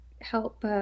help